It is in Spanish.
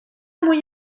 muy